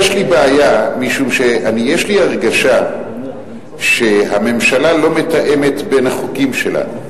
יש לי בעיה משום שיש לי הרגשה שהממשלה לא מתאמת בין החוקים שלה.